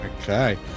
okay